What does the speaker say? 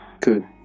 Good